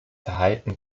verhalten